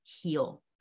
heal